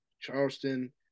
Charleston